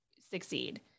succeed